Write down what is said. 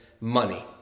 money